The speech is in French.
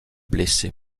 blessé